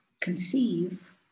conceive